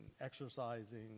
exercising